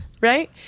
Right